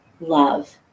love